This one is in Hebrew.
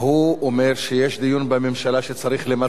הוא אומר שיש דיון בממשלה שצריך למצות אותו,